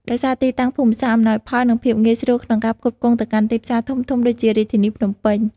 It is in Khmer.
ដោយសារទីតាំងភូមិសាស្ត្រអំណោយផល និងភាពងាយស្រួលក្នុងការផ្គត់ផ្គង់ទៅកាន់ទីផ្សារធំៗដូចជារាជធានីភ្នំពេញ។